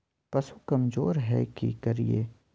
पशु कमज़ोर है कि करिये?